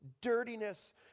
dirtiness